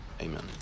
Amen